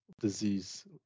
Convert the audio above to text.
disease